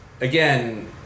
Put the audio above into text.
again